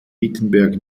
wittenberg